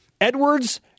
Edwards